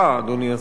אדוני השר,